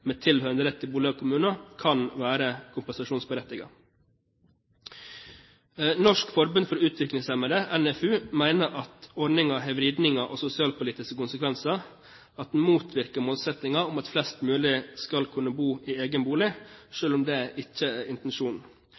med tilhørende rett til bolig av kommunen, kan være kompensasjonsberettiget. Norsk Forbund for Utviklingshemmede, NFU, mener at ordningen har vridninger og sosialpolitiske konsekvenser, at den motvirker målsettingen om at flest mulig skal kunne bo i egen bolig, selv om det ikke er intensjonen. Det er